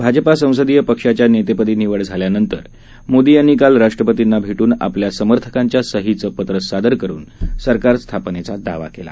भाजपा संसदीय पक्षाच्या नेतेपदी निवड झाल्यानंतर मोदी यांनी काल राष्ट्रपतींना भेटून आपल्या समर्थकांच्या सहीचं पत्र सादर करुन सरकार स्थापनेचा दावा केला